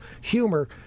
humor